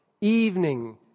evening